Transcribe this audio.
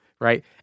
right